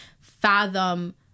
fathom